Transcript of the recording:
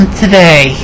today